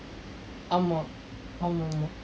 ஆமாம் ஆமாம் ஆமாம்:aamaam aamaam aamaam